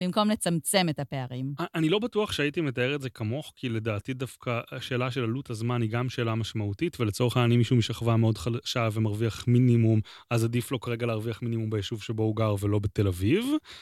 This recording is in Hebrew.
במקום לצמצם את הפערים. אני לא בטוח שהייתי מתאר את זה כמוך, כי לדעתי דווקא השאלה של עלות הזמן היא גם שאלה משמעותית, ולצורך העניין, מישהו משכבה מאוד חךה ומרוויח מינימום, אז עדיף לו כרגע להרוויח מינימום ביישוב שבו הוא גר ולא בתל אביב.